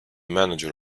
manager